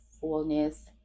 fullness